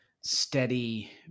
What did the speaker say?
steady